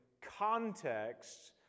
contexts